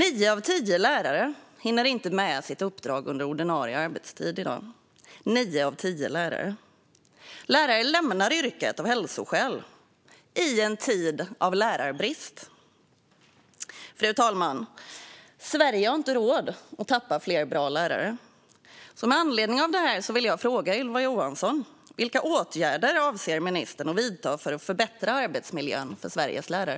Nio av tio lärare hinner i dag inte med sitt uppdrag under ordinarie arbetstid. Lärare lämnar yrket av hälsoskäl - i en tid av lärarbrist. Fru talman! Sverige har inte råd att tappa fler bra lärare. Med anledning av detta vill jag fråga Ylva Johansson vilka åtgärder ministern avser att vidta för att förbättra arbetsmiljön för Sveriges lärare.